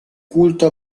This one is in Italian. culto